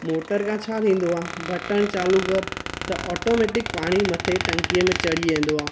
motor खां छा थींदो आहे बटन चालू कर त ऑटोमैटिक पाणी मथे टंकीअ में चढ़ी वेंदो आहे